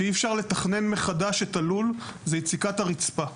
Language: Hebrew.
שאי אפשר לתכנן מחדש את הלול, זאת יציאת הרצפה.